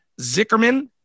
Zickerman